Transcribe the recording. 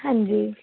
ਹਾਂਜੀ